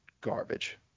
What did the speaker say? garbage